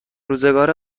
روزگار